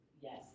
Yes